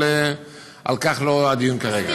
אבל לא על כך הדיון כרגע.